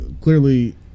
clearly